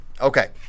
Okay